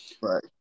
Right